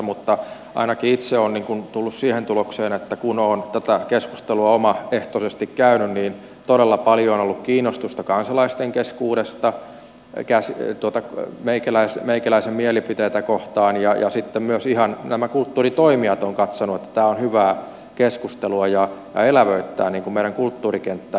mutta ainakin itse olen tullut siihen tulokseen että kun olen tätä keskustelua omaehtoisesti käynyt niin todella paljon on ollut kiinnostusta kansalaisten keskuudesta meikäläisen mielipiteitä kohtaan ja sitten myös ihan kulttuuritoimijat ovat katsoneet että tämä on hyvää keskustelua ja tämä elävöittää meidän kulttuurikenttää